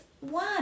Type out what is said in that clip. one